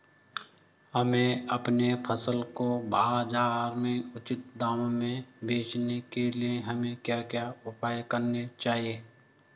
हमें अपनी फसल को बाज़ार में उचित दामों में बेचने के लिए हमें क्या क्या उपाय करने चाहिए?